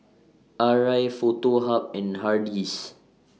Arai Foto Hub and Hardy's